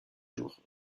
jours